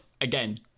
again